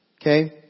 Okay